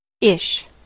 Ish